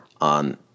on